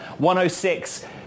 106